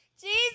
Jesus